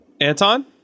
Anton